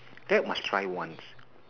that must try once